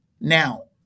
Now